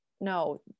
no